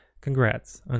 Congrats